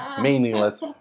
meaningless